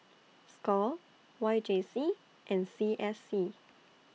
SCORE Y J C and C S C